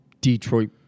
Detroit